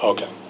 Okay